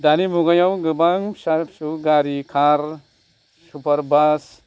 दानि मुगायाव गोबां फिसा फिसौ गारि कार सुपार बास